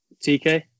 TK